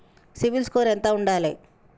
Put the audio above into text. CIBIL score ఎంత ఉండాలే?